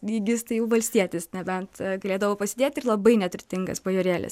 lygis tai jau valstietis nebent galėdavo pasėdėti ir labai neturtingas bajorėlis